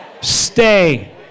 Stay